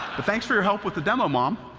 thanks for your help with the demo, mom.